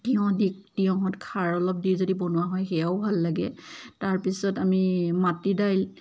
তিঁয়হ দি তিঁয়হত খাৰ অলপ দি যদি বনোৱা হয় সেয়াও ভাল লাগে তাৰপিছত আমি মাটি দাইল